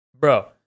Bro